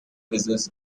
business